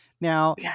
Now